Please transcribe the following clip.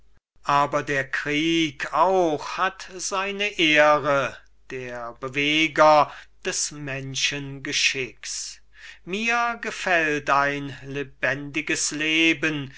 bach aber der krieg auch hat seine ehre der beweger des menschengeschicks mir gefällt ein lebendiges leben